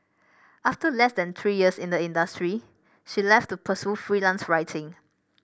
after less than three years in the industry she left to pursue freelance writing